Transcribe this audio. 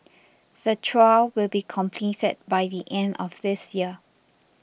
the trial will be completed by the end of this year